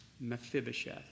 Mephibosheth